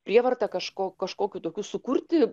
prievarta kažko kažkokių tokių sukurti